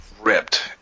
ripped